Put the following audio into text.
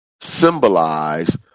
symbolize